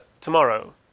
tomorrow